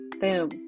boom